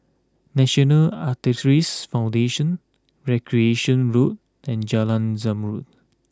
National Arthritis Foundation Recreation Road and Jalan Zamrud